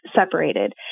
separated